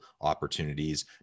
opportunities